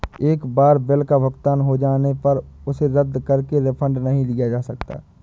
एक बार बिल का भुगतान हो जाने पर उसे रद्द करके रिफंड नहीं लिया जा सकता